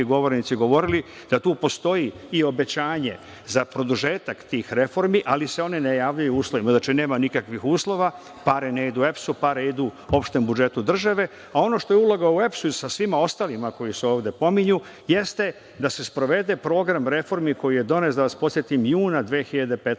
govornici govorili da tu postoji i obećanje za produžetak tih reformi, ali se one ne javljaju u uslovima. Znači, nema nikakvih uslova. Pare ne idu EPS-u. Pare idu opštem budžetu države, a ono što je uloga u EPS sa svima ostalima koji se ovde pominju jeste da se sprovede program reformi koji je donet, da vas podsetim, juna 2015.